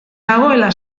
nagoela